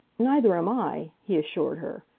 neither am i, he assured her.